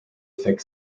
thick